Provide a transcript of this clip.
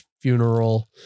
funeral